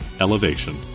elevation